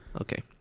Okay